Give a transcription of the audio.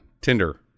Tinder